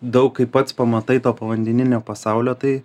daug kai pats pamatai to povandeninio pasaulio tai